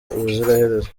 ubuziraherezo